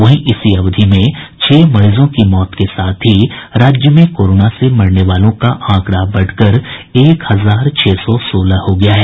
वहीं इसी अवधि में छह मरीजों की मौत के साथ ही राज्य में कोरोना से मरने वालों का आंकड़ा बढ़कर एक हजार छह सौ सोलह हो गया है